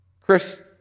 Chris